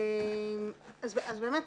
באמת,